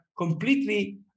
completely